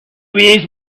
wise